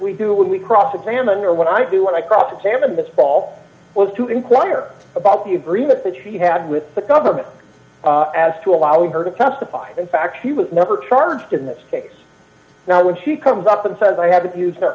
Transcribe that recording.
we do when we cross examine or when i do what i cross examine this fall was to inquire about the agreement that she had with the government as to allowing her to testify in fact she was never charged in this case now when she comes up and says i have